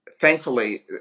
thankfully